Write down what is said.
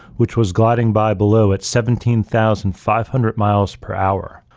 which was gliding by below at seventeen thousand five hundred miles per hour,